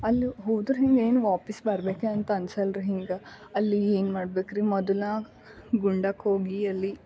ಅಲ್ಲಿ ಹೋದ್ರೆ ಹಿಂಗ ಏನು ವಾಪಸ್ ಬರ್ಬೇಕು ಅಂತ ಅನ್ಸೊಲ್ರಿ ಹಿಂಗ ಅಲ್ಲಿ ಏನ್ಮಾಡಬೇಕು ರಿ ಮೊದಲು ಗುಂಡಕ್ಕೆ ಹೋಗಿ ಅಲ್ಲಿ